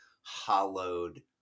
hollowed